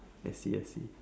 I see I see